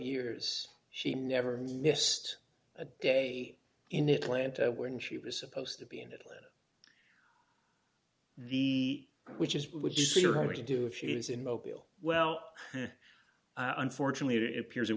years she never missed a day in atlanta when she was supposed to be in atlanta the which is would you say you're going to do if she is in mobile well unfortunately to appears